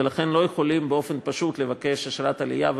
ולכן לא יכולים באופן פשוט לבקש אשרת עלייה ולעלות,